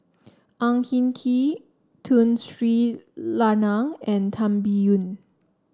Ang Hin Kee Tun Sri Lanang and Tan Biyun